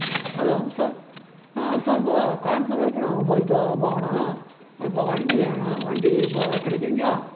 hello sir sir இப்போது கோயமுத்தூர் வரைக்கும் நாங்கள் போயிட்டு போகணும் இப்போது வண்டி வேணும் வண்டி இப்போது கிடைக்குங்களா